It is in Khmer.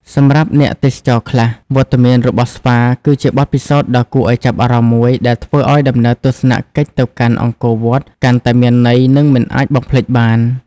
សម្រាប់អ្នកទេសចរខ្លះ វត្តមានរបស់ស្វាគឺជាបទពិសោធន៍ដ៏គួរឱ្យចាប់អារម្មណ៍មួយដែលធ្វើឱ្យដំណើរទស្សនកិច្ចទៅកាន់អង្គរវត្តកាន់តែមានន័យ និងមិនអាចបំភ្លេចបាន។